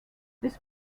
this